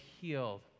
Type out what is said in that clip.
healed